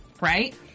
right